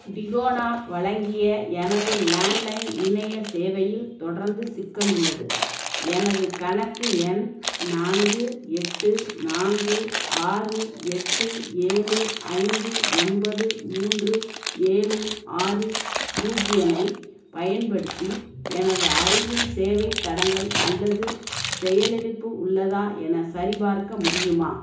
டிகோனா வழங்கிய எனது லேண்ட்லைன் இணையச் சேவையில் தொடர்ந்து சிக்கல் உள்ளது எனது கணக்கு எண் நான்கு எட்டு நான்கு ஆறு எட்டு ஏழு ஐந்து ஒன்பது மூன்று ஏழு ஆறு பூஜ்ஜியம் ஐப் பயன்படுத்தி எனது அருகில் சேவைத் தடங்கல் அல்லது செயலிழப்பு உள்ளதா எனச் சரிபார்க்க முடியுமா